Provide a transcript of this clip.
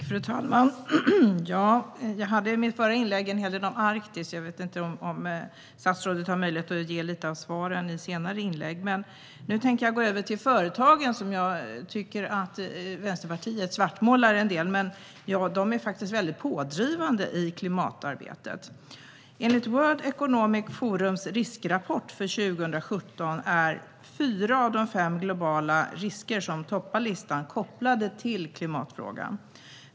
Fru talman! Jag hade i mitt förra inlägg en hel del om Arktis. Jag vet inte om statsrådet har möjlighet att ge lite av svaren i senare inlägg. Nu tänker jag gå över till företagen, som jag tycker att Vänsterpartiet svartmålar en del. De är faktiskt väldigt pådrivande i klimatarbetet. Enligt World Economic Forums riskrapport för 2017 är fyra av de fem globala risker som toppar listan kopplade till klimatfrågan.